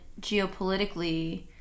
geopolitically